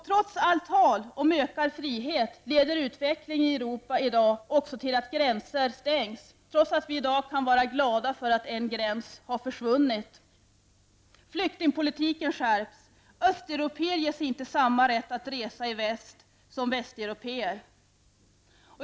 Trots allt tal om ökad frihet leder utvecklingen i Europa i dag också till att gränser stängs, även om vi i dag kan vara glada för att en gräns har försvunnit. Flyktingpolitiken skärps. Östeuropéer ges inte samma rätt att resa i väst som västeuropéer.